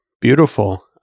Beautiful